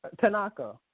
Tanaka